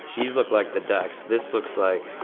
these look like the decks, this looks like,